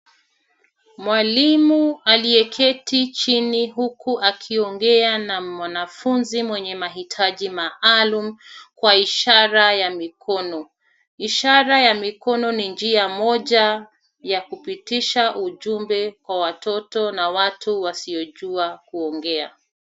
Mwalimu aliyeketi chini huku akiongea na mwanafunzi mwenye mahitaji maalum kwa ishara ya mikono. Ishara ya mikono ni njia moja ya kupitisha ujumbe kwa watoto na watu wasiojua kuongea.